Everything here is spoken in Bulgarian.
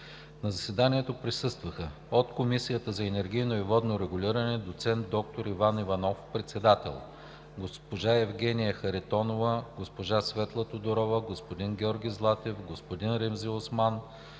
На заседанието присъстваха: от Комисията за енергийно и водно регулиране доцент доктор Иван Иванов – председател; госпожа Евгения Харитонова, госпожа Светла Тодорова, господин Георги Златев, господин Ремзи Осман,